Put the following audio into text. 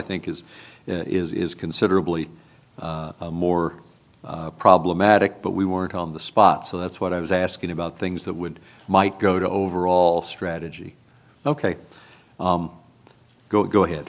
think is is considerably more problematic but we weren't on the spot so that's what i was asking about things that would might go to overall strategy ok go go ahead